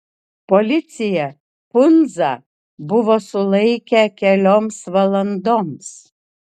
policija pundzą buvo sulaikę kelioms valandoms